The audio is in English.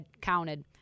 counted